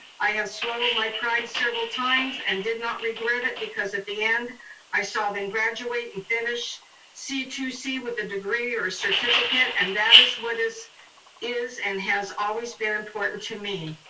i have swallowed my pride several times and did not regret it, because at the end i saw them graduate and finish c two c with a degree or a certificate, and that is what is is and has always been important to me.